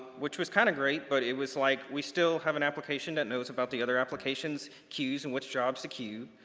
which was kinda kind of great but it was like, we still have an application that knows about the other applications' queues and which jobs to queue,